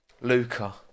Luca